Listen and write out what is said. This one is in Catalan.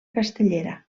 castellera